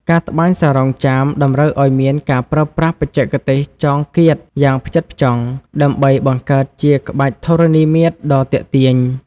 ការត្បាញសារុងចាមតម្រូវឱ្យមានការប្រើប្រាស់បច្ចេកទេសចងគាតយ៉ាងផ្ចិតផ្ចង់ ដើម្បីបង្កើតជាក្បាច់ធរណីមាត្រដ៏ទាក់ទាញ។